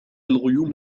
الغيوم